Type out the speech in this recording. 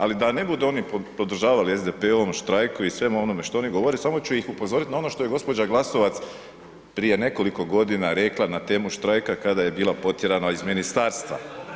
Ali da ne budu oni podržavali SDP-ovom štrajku i svemu onome što oni govore samo ću ih upozorit na ono što je gospođa Glasovac prije nekoliko godina rekla na temu štrajka kada je bila potjerana iz ministarstva.